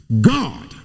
God